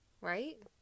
Right